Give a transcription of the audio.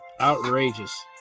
outrageous